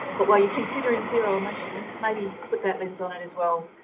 but while you're considering zero emissions, maybe put that lens on as well.